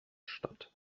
statt